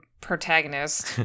protagonist